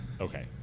okay